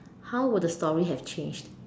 how would the story have changed